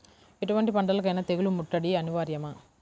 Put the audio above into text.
ఎటువంటి పంటలకైన తెగులు ముట్టడి అనివార్యమా?